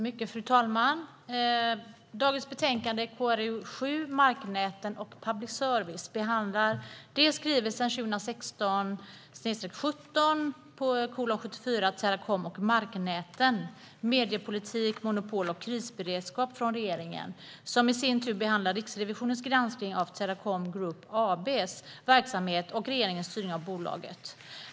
Fru talman! I betänkande KrU7 Marknäten och public service behandlas regeringens skrivelse 2016/17:74 Teracom och marknäten - mediepolitik, monopol och krisberedskap . I den behandlas i sin tur Riksrevisionens granskning av Teracom Group AB:s verksamhet och regeringens styrning av bolaget.